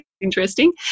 interesting